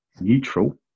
neutral